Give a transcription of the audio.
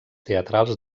teatrals